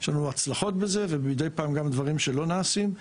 יש לנו הצלחות בזה ומדי פעם גם בדברים שלא נעשים.